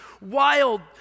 wild